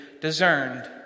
discerned